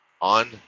on